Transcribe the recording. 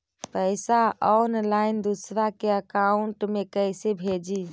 पैसा ऑनलाइन दूसरा के अकाउंट में कैसे भेजी?